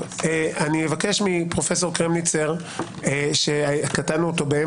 אבקש מפרופ' קרמניצר שקטענו אותו.